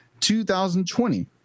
2020